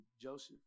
Joseph